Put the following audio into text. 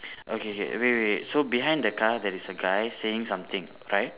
okay K wait wait so behind the car there is a guy saying something right